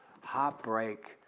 heartbreak